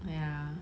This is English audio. ya